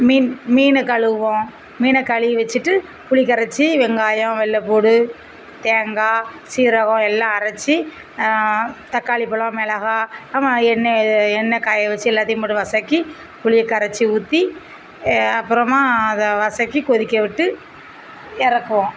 மீன் மீன் கழுவுவோம் மீனை கழுவி வச்சிட்டு புளி கரைச்சு வெங்காயம் வெள்ளப்பூடு தேங்காய் சீரகம் எல்லாம் அரைச்சி தக்காளிப்பழம் மெளகாய் ஆமாம் எண்ணெய் எண்ணெய் காய வச்சு எல்லாத்தையும் போட்டு வதக்கி புளியை கரைச்சி ஊற்றி அப்புறமா அதை வதக்கி கொதிக்கவிட்டு இறக்குவோம்